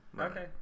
Okay